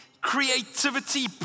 creativity